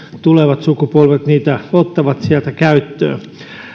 tulevat sukupolvet niitä ottavat sieltä käyttöön